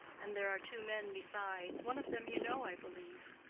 and there are two men besides one of them you know, i believe.